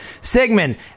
sigmund